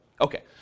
Okay